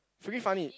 freaking funny